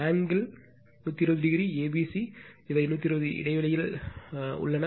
angle 120 o a b c இவை 120 o இடைவெளியில் அழைக்கப்படுகின்றன